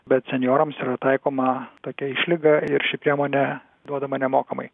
bet senjorams yra taikoma tokia išlyga ir ši priemonė duodama nemokamai